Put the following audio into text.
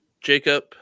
Jacob